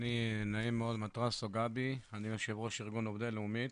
יושב ראש ארגון עובדי לאומית.